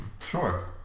Sure